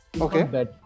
Okay